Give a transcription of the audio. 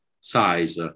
size